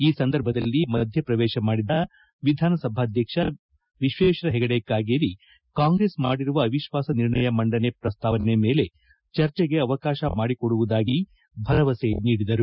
ಈ ಸಂದರ್ಭದಲ್ಲಿ ಮಧ್ಯಪ್ರವೇಶ ಮಾಡಿದ ಸ್ವೀಕರ್ ವಿಶ್ವೇಶ್ವರ ಹೆಗಡೆ ಕಾಗೇರಿ ಕಾಂಗ್ರೆಸ್ ಮಾಡಿರುವ ಅವಿಶ್ವಾಸ ನಿರ್ಣಯ ಮಂಡನೆ ಪ್ರಸ್ತಾವನೆ ಮೇಲೆ ಚರ್ಚೆಗೆ ಅವಕಾಶ ಮಾಡಿಕೊಡುವುದಾಗಿ ಭರವಸೆ ನೀಡಿದರು